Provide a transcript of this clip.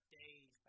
days